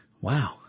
Wow